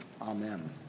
Amen